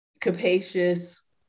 capacious